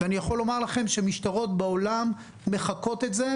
אני יכול לומר לכם שמשטרות בעולם מחקות את זה,